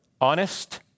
Honest